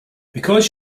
because